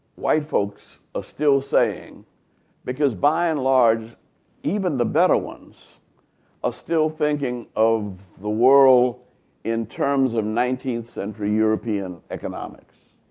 white folks are still saying because buy and large even the better ones are still thinking of the world in terms of nineteenth century european economics.